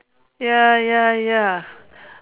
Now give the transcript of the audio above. ya ya ya